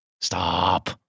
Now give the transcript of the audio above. Stop